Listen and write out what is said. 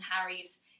Harry's